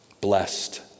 blessed